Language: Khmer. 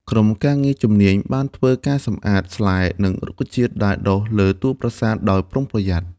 ក្រុមការងារជំនាញបានធ្វើការសម្អាតស្លែ និងរុក្ខជាតិដែលដុះលើតួប្រាសាទដោយប្រុងប្រយ័ត្ន។